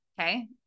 Okay